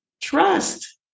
Trust